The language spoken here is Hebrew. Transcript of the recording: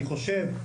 אני חושב,